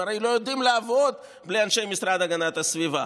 הם הרי לא יודעים לעבוד בלי אנשי המשרד להגנת הסביבה.